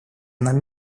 нам